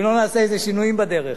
ואם לא נעשה איזה שינויים בדרך.